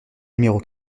numéro